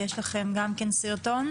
יש לכם גם סרטון.